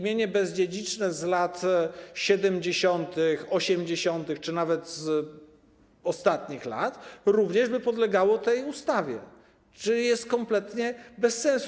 Mienie bezdziedziczne z lat 70., 80. czy nawet z ostatnich lat również by podlegało tej ustawie, czyli to jest kompletnie bez sensu.